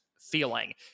feeling